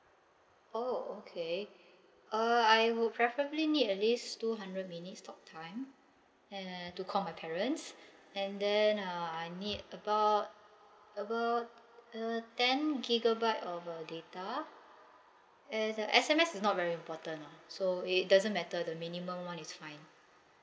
oh okay uh I would preferably need at least two hundred minutes talk time and to call my parents and then uh I need about about uh ten gigabyte of uh data a~ the S_M_S is not very important ah so it doesn't matter the minimum [one] is fine